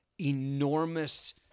enormous